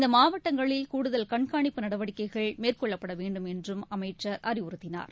இந்தமாவட்டங்களில் கூடுதல் கண்காணிப்பு நடவடிக்கைகள் மேற்கொள்ளப்படவேண்டும் என்றும் அமைச்சர் அறிவுறுத்தினார்